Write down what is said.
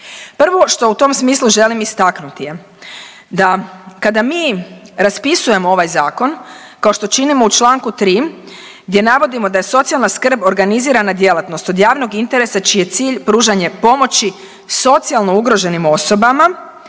Prvo što u tom smislu želim istaknuti je da kada mi raspisujemo ovaj zakon kao što činimo u čl. 3. gdje navodimo da je socijalna skrb organizirana djelatnost od javnog interesa čiji je cilj pružanje pomoći socijalno ugroženim osobama